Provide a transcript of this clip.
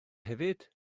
hefyd